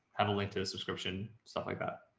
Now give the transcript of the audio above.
have a link to the subscription, stuff like that.